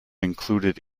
included